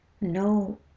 no